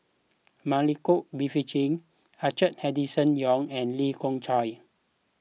Milenko Prvacki Arthur Henderson Young and Lee Khoon Choy